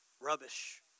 rubbish